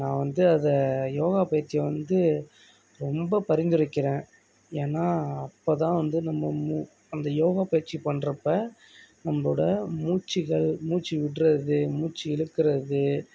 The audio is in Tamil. நான் வந்து அதை யோகா பயிற்சியை வந்து ரொம்ப பரிந்துரைக்கிறேன் ஏன்னால் அப்போ தான் வந்து நம்ம மு அந்த யோகா பயிற்சி பண்ணுறப்ப நம்பளோடய மூச்சுகள் மூச்சு விட்றது மூச்சு இலுக்கறது